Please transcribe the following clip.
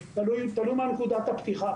ומהיום אנחנו מנתבים את כל הפיילוט.